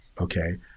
Okay